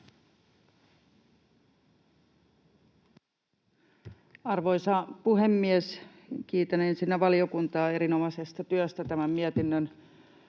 Arvoisa puhemies! Kiitän ensinnä valiokuntaa erinomaisesta työstä tämän mietinnön